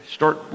start